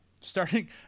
starting